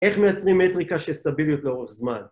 איך מייצרים מטריקה של סטביליות לאורך זמן?